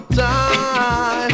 time